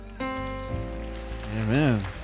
Amen